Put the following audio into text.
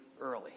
early